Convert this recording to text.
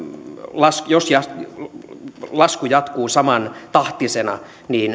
jos lasku jatkuu samantahtisena